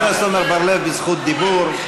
חבר הכנסת בר-לב בזכות דיבור.